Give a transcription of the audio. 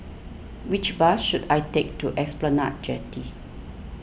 which bus should I take to Esplanade Jetty